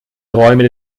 räume